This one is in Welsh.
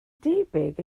debyg